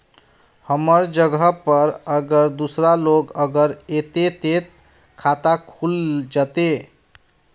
हमर जगह पर अगर दूसरा लोग अगर ऐते ते खाता खुल जते?